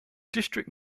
district